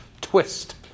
twist